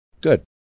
good